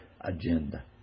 agenda